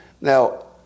Now